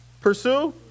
Pursue